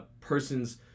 person's